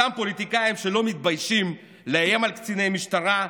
אותם פוליטיקאים שלא מתביישים לאיים על קציני משטרה,